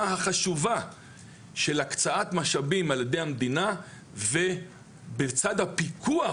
החשובה של הקצאת משאבים על ידי המדינה ולצד הפיקוח,